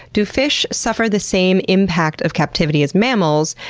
do fish suffer the same impact of captivity as mammals?